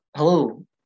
Hello